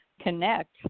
connect